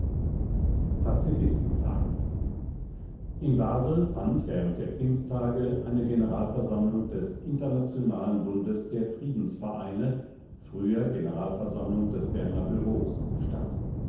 reichstagswahlen pazifisten-tagung in basel fand während der pfingsttage eine generalversammlung des internationalen bundes der friedensvereine früher generalversammlung des berner bureaus statt